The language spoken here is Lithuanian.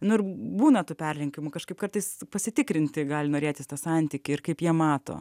nu ir būna tų perlenkimų kažkaip kartais pasitikrinti gali norėtis tą santykį ir kaip jie mato